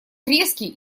резкий